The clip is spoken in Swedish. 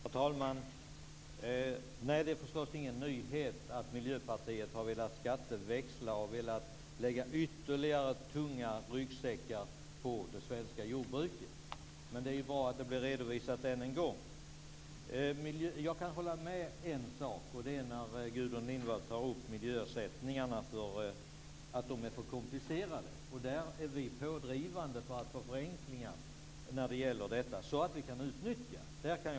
Herr talman! Nej, det är förstås ingen nyhet att Miljöpartiet har velat skatteväxla och lägga ytterligare tunga ryggsäckar på det svenska jordbruket, men det är ju bra att det blir redovisat ännu en gång. Jag kan hålla med Gudrun Lindvall om en sak, och det är när hon säger att miljöersättningarna är för komplicerade. Där är vi pådrivande för att åstadkomma förenklingar, så att vi kan utnyttja dem.